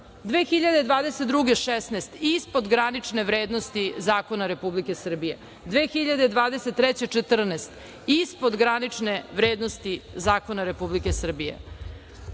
2022. – 16, ispod granične vrednosti zakona Republike Srbije, 2023. – 14, ispod granične vrednosti zakona Republike Srbije. Šta